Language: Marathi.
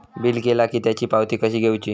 बिल केला की त्याची पावती कशी घेऊची?